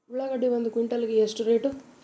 ಉಳ್ಳಾಗಡ್ಡಿ ಒಂದು ಕ್ವಿಂಟಾಲ್ ಗೆ ಎಷ್ಟು ರೇಟು?